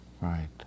right